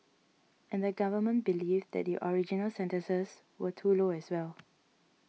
and the Government believed that the original sentences were too low as well